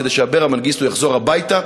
כדי שאברה מנגיסטו יחזור הביתה,